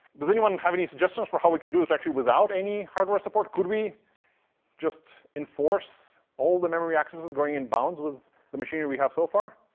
does anyone have any suggestions for how we could do it actually without any hardware support? could we just enforce all the memory accesses going in bounds with the machine we have so far?